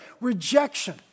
rejection